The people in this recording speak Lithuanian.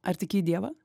ar tiki į dievą